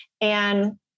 and-